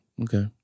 Okay